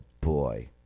boy